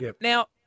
Now